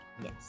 Yes